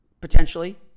potentially